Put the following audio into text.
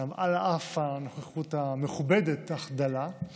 על אף הנוכחות המכובדת אך דלה.